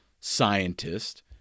scientist